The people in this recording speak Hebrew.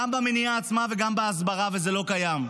רשות ------ לא,